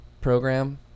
program